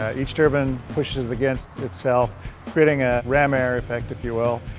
ah each turbine pushes against itself creating a ram air effects if you will.